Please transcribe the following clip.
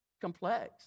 complex